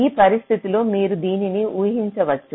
ఈ పరిస్థితిలో మీరు దీనిని ఊహించ వచ్చు